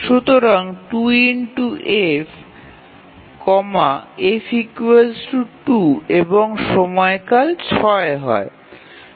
সুতরাং 2F F 2 এবং সময়কাল ৬ হয়